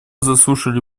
заслушали